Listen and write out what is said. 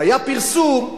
והיה פרסום,